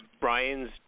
Brian's